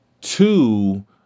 Two